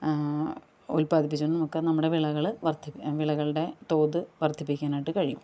ഉൽപ്പാദിപ്പിച്ചുനോക്കാൻ നമ്മുടെ വിളകൾ വർധിപ്പി വിളകളുടെ തോത് വർധിപ്പിക്കാനായിട്ട് കഴിയും